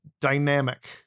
dynamic